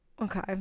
okay